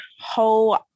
whole